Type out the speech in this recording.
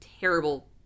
terrible